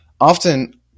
often